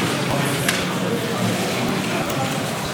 נשיא המדינה ראובן ריבלין ורעייתו נחמה,